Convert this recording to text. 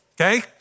okay